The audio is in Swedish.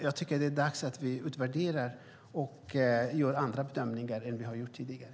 Jag tycker att det är dags att utvärdera och göra andra bedömningar än vi har gjort tidigare.